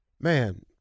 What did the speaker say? man